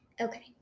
okay